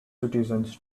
citizens